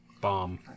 Bomb